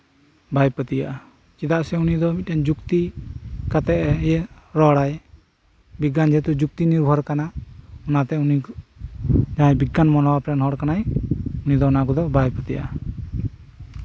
ᱵᱟᱭ ᱯᱟᱹᱛᱭᱟᱹᱜᱼᱟ ᱪᱮᱫᱟᱜ ᱥᱮ ᱩᱱᱤ ᱫᱚ ᱡᱩᱠᱛᱤ ᱠᱟᱛᱮᱜ ᱮ ᱨᱚᱲᱟᱭ ᱵᱤᱜᱽᱜᱮᱭᱟᱱ ᱡᱮᱦᱮᱛᱩ ᱡᱩᱠᱛᱤ ᱱᱤᱨᱵᱷᱚᱨ ᱠᱟᱱᱟ ᱚᱱᱟᱛᱮ ᱩᱱᱤ ᱵᱤᱜᱽᱜᱮᱭᱟᱱ ᱢᱚᱱᱳᱵᱷᱟᱵ ᱨᱮᱱ ᱦᱚᱲ ᱠᱟᱱᱟᱭ ᱩᱱᱤ ᱫᱚ ᱚᱱᱟ ᱠᱚᱫᱚ ᱵᱟᱭ ᱯᱟᱹᱛᱭᱟᱹᱜᱼᱟ